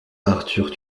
arthur